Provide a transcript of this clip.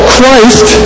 Christ